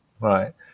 right